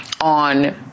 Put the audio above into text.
on